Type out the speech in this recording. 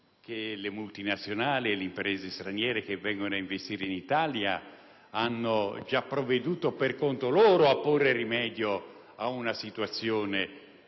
che le multinazionali e le imprese straniere che vengono ad investire in Italia hanno già provveduto per conto loro a porre rimedio ad una situazione